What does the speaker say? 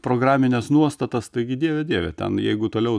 programines nuostatas taigi dieve dieve ten jeigu toliau